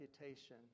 reputation